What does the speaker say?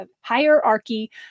hierarchy